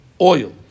oil